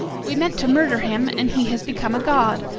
we meant to murder him, and he has become a god.